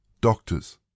doctors